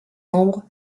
membres